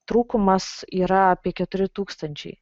trūkumas yra apie keturi tūkstančiai